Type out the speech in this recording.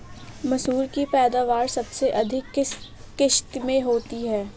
मसूर की पैदावार सबसे अधिक किस किश्त में होती है?